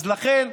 אז לכן,